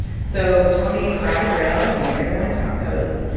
so tony brought a grill, made everyone tacos.